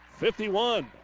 51